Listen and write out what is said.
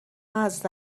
حضرت